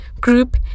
group